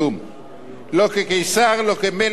לא כקיסר, לא כמלך שונא יהודים.